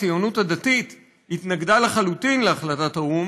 הציונות הדתית התנגדה לחלוטין להחלטת האו"ם,